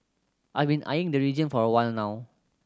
I've been eyeing the region for a while now